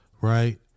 right